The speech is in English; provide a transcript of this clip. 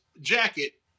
jacket